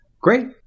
Great